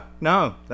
no